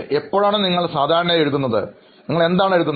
എപ്പോഴാണ് നിങ്ങൾ സാധാരണയായി എഴുതുന്നത് നിങ്ങൾ എന്താണ് എഴുതുന്നത്